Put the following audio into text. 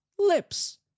Lips